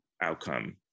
outcome